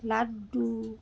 laddu